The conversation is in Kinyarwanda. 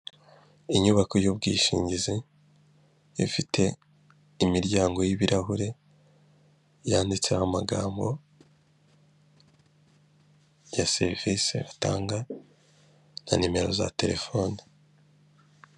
Inyubako y'ubwishingizi ifite imiryango y'ibirahure, yanditseho amagambo ya serivisi zitanga na nimero za telefone.